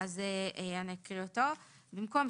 שוב גם זה כבר אני חושבת שדנו והסברנו,